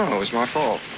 um it was my fault.